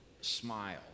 smile